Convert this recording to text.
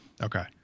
Okay